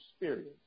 experience